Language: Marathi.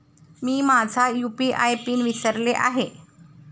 मी माझा यू.पी.आय पिन विसरले आहे